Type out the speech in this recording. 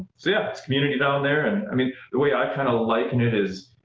yeah that's community down there, and i mean, the way i kind of liken it is,